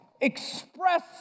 express